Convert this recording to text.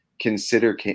consider